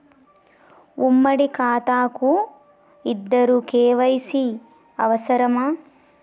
ఉమ్మడి ఖాతా కు ఇద్దరు కే.వై.సీ అవసరమా?